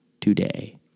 today